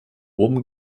oben